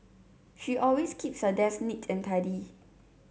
she always keeps her desk neat and tidy